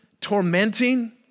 tormenting